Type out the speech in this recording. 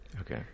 Okay